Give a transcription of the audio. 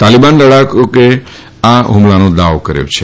તાલીબાન લડાયકોએ આ ફમલાનો દાવો કર્યો છે